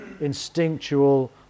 instinctual